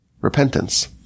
repentance